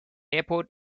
airport